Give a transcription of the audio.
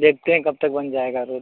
देखते हैं कब तक बन जाएगी रोड